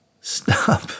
Stop